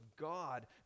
God